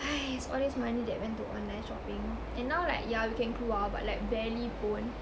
!hais! all this money that went to online shopping and now like yeah we can keluar but like barely pun